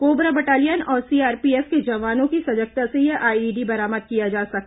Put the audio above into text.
cobra battalion और CRPF के जवानों की सजगता से यह आईईडी बरामद किया जा सका